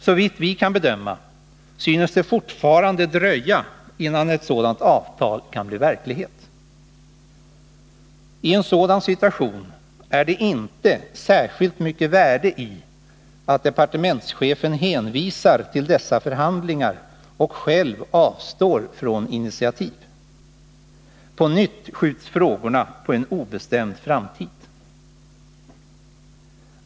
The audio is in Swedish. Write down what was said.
Såvitt vi kan bedöma kommer det att dröja innan ett sådant avtal kan bli verklighet. I en sådan situation är det inte särskilt mycket värde i att departementschefen hänvisar till dessa förhandlingar och själv avstår från initiativ. På nytt skjuts frågorna på en obestämd framtid.